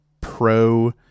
pro